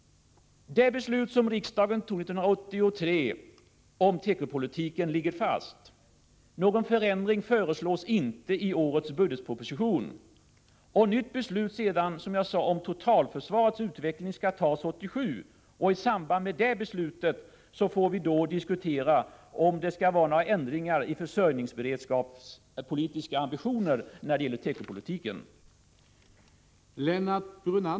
Det beslut som riksdagen fattade 1983 om tekopolitiken ligger fast. Någon förändring föreslås inte i årets budgetproposition. Ett nytt beslut om totalförsvarets utveckling skall, som jag sade, fattas 1987. I samband med det beslutet får vi diskutera om det skall bli några ändringar i försörjningsberedskapsambitionerna när det gäller tekopolitiken.